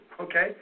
okay